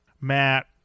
Matt